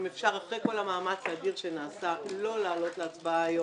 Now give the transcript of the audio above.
אם אפשר אחרי כל המאמץ האדיר שנעשה לא להעלות להצבעה היום,